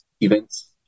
events